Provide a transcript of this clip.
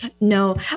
No